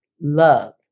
love